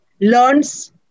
learns